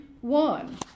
one